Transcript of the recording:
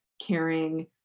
caring